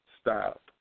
stop